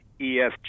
ESG